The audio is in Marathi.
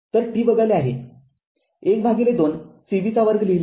तर t वगळले आहे १२ cv२ लिहिले आहे